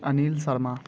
Anil Sharma